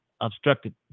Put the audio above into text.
obstructed